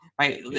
right